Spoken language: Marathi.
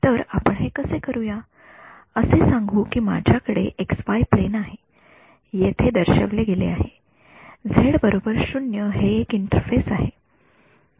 तर आपण हे कसे करू या असे सांगू की माझ्याकडे एक्सवाय प्लेन आहे येथे दर्शविले गेले आहे z 0 हे एक इंटरफेस आहे